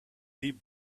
deep